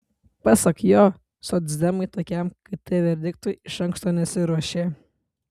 pasak jo socdemai tokiam kt verdiktui iš anksto nesiruošė